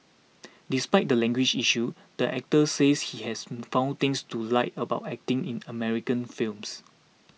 despite the language issue the actor says he has found things to like about acting in American films